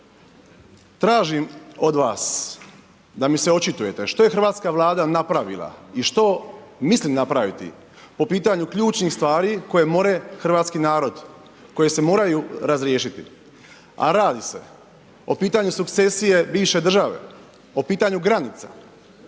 Tražim od vas da mi se očitujete što je hrvatska Vlada napravila i što misli napraviti po pitanju ključnih stvari koje more hrvatski narod, koje se moraju razriješiti, a radi se o pitanju sukcesije bivše države, o pitanju granica,